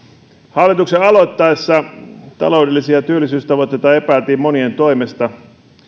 hallituksen aloittaessa taloudellisia ja työllisyystavoitteita epäiltiin monien toimesta